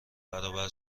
برابر